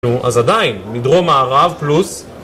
אז עדיין, מדרום מערב פלוס